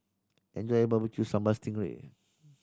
enjoy your Barbecue Sambal sting ray